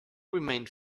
remained